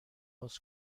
باز